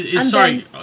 Sorry